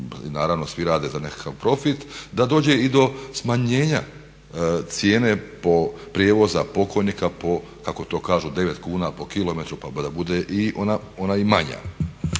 naravno svi rade za nekakav profit da dođe i do smanjenja cijene prijevoza pokojnika po kako to kažu 9 kuna po kilometru pa da bude ona i manja.